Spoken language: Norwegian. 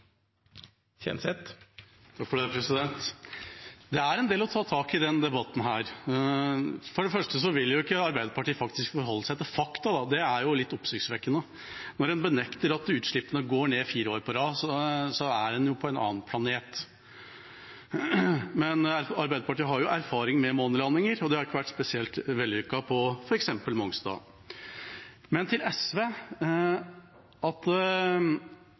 Det er en del å ta tak i i denne debatten. Først: Arbeiderpartiet vil ikke forholde seg til fakta, og det er jo litt oppsiktsvekkende. Når man benekter at utslippene går ned fire år på rad, er man på en annen planet. Men Arbeiderpartiet har jo erfaring med månelandinger, og det har ikke vært spesielt vellykket, f.eks. på Mongstad. Til SV og det at